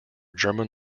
german